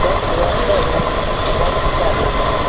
दस हज़ार तक कौन सी चाह रही हैं मैम